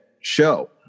show